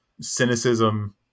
cynicism